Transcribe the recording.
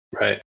Right